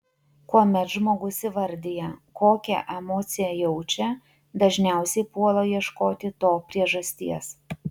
kuomet žmogus įvardija kokią emociją jaučia dažniausiai puola ieškoti to priežasties